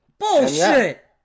Bullshit